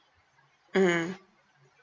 mmhmm